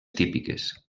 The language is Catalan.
típiques